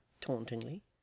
tauntingly